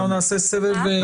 נעשה סבב.